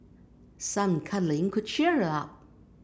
some cuddling could cheer her up